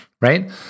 right